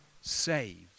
saved